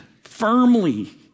firmly